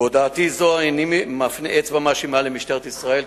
בהודעתי זו איני מפנה אצבע מאשימה למשטרת ישראל,